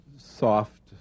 Soft